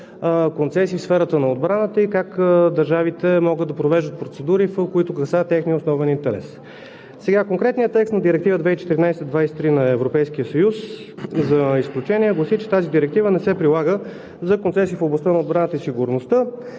концесии в сферата на отбраната и как държавите могат да провеждат процедури, които касаят техния основен интерес. Конкретният текст на Директива 2014/23 на Европейския съюз за изключения гласи, че тази директива не се прилага за концесии в областта на отбраната и сигурността,